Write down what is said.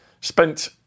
spent